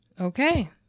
Okay